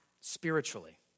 spiritually